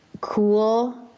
cool